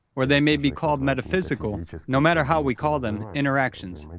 or they may be called metaphysical, and no matter how we call them, interactions.